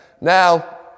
Now